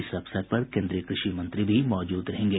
इस अवसर पर केंद्रीय कृषि मंत्री भी मौजूद रहेंगे